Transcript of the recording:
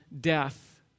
death